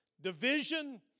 division